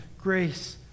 grace